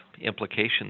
implications